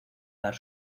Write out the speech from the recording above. dar